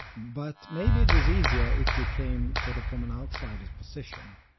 but maybe it was easier if you came sort of from an outsider's position.